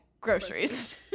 groceries